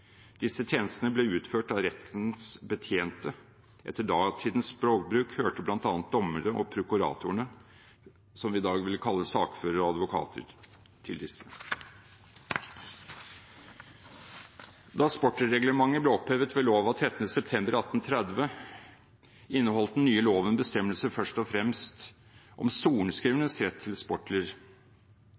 Disse tjenestene ble utført av «Rettens Betjente». Etter datidens språkbruk hørte blant andre dommerne og prokuratorene – som vi i dag ville kalle sakførere og advokater – til disse. Da sportelreglementet ble opphevet ved lov av 13. september 1830, inneholdt den nye loven bestemmelser først og fremst om sorenskrivernes rett til sportler.